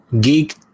geek